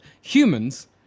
humans